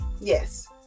Yes